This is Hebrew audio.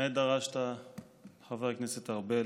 נאה דרשת, חבר הכנסת ארבל.